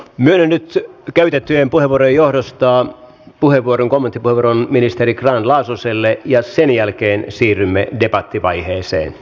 myönnän nyt käytettyjen puheenvuorojen johdosta kommenttipuheenvuoron ministeri grahn laasoselle ja sen jälkeen siirrymme debattivaiheeseen